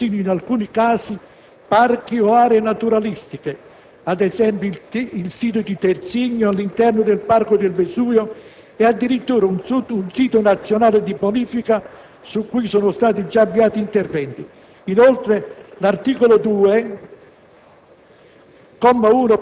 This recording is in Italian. i siti delle discariche provinciali, scegliendo persino, in alcuni casi, parchi o aree naturalistiche. Il sito di Terzigno, all'interno del Parco del Vesuvio, è addirittura un sito nazionale di bonifica su cui sono stati già avviati interventi.